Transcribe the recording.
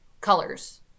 colors